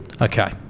Okay